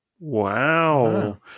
wow